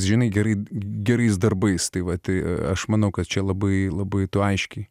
žinai gerai gerais darbais tai va tai aš manau kad čia labai labai to aiškiai